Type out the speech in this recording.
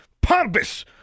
pompous